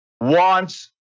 wants